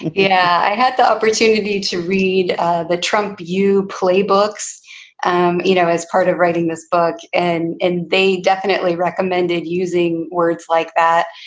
yeah, i had the opportunity to read the trump you playbook's and you know as part of writing this book, and and they definitely recommended using words like that.